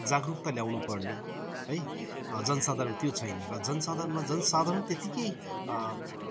जागरुकता ल्याउनुपर्ने है जनसाधारण त्यो छैन र जनसाधारणमा जनसाधारण त्यतिकै